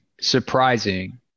surprising